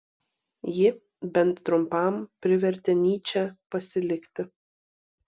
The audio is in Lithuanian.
ji bent trumpam privertė nyčę pasilikti